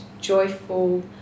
joyful